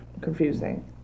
confusing